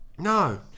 No